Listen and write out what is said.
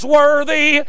worthy